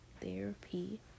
therapy